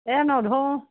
এই নধৰোঁ